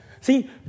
See